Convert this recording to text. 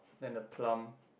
and the plant